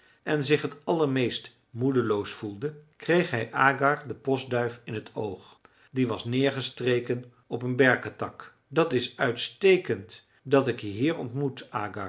en zich t allermeest moedeloos voelde kreeg hij agar de postduif in t oog die was neergestreken op een berketak dat is uitstekend dat ik je hier ontmoet